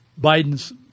Biden's